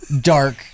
dark